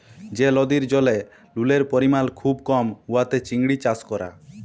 যে লদির জলে লুলের পরিমাল খুব কম উয়াতে চিংড়ি চাষ ক্যরা